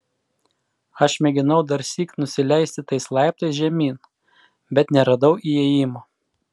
aš mėginau darsyk nusileisti tais laiptais žemyn bet neradau įėjimo